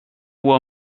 were